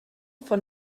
von